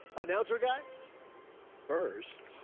announcer guy first.